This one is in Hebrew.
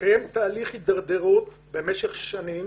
מתקיים תהליך הידרדרות במשך שנים